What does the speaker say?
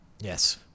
Yes